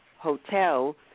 hotel